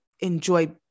enjoy